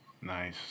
Nice